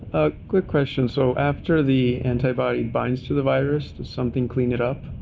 quick question. so after the antibody binds to the virus, does something clean it up?